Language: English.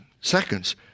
seconds